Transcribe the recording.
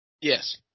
yes